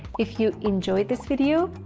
if you enjoy this video,